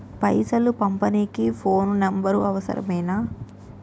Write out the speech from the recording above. పైసలు పంపనీకి phone number అవసరమేనా?